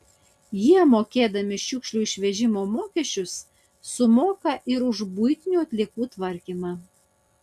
jie mokėdami šiukšlių išvežimo mokesčius sumoka ir už buitinių atliekų tvarkymą